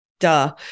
duh